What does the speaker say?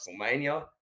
WrestleMania